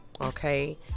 okay